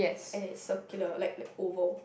and it's circular like like oval